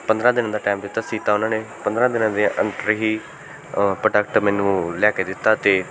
ਪੰਦਰਾਂ ਦਿਨ ਦਾ ਟਾਈਮ ਦਿੱਤਾ ਸੀ ਤਾਂ ਉਹਨਾਂ ਨੇ ਪੰਦਰਾਂ ਦਿਨਾਂ ਦੇ ਅੰਦਰ ਹੀ ਪ੍ਰੋਡਕਟ ਮੈਨੂੰ ਲਿਆ ਕੇ ਦਿੱਤਾ ਅਤੇ